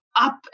up